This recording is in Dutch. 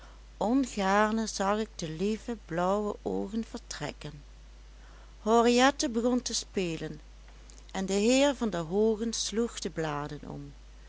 ongaarne zag ik de lieve blauwe oogen vertrekken henriette begon te spelen en de heer van der hoogen sloeg de bladen om